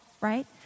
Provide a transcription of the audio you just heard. right